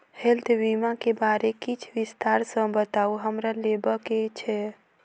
Health बीमा केँ बारे किछ विस्तार सऽ बताउ हमरा लेबऽ केँ छयः?